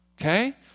okay